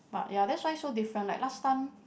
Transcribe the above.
but ya that's why so different like last time